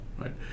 right